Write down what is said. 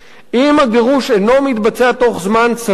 אם הגירוש אינו מתבצע בתוך זמן סביר,